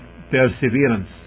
perseverance